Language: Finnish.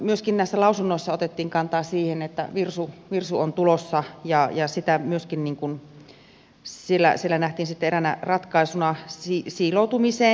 myöskin näissä lausunnoissa otettiin kantaa siihen että virsu on tulossa ja se myöskin siellä nähtiin sitten eräänä ratkaisuna siiloutumiseenkin